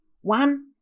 One